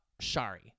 Shari